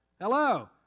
Hello